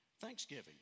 Thanksgiving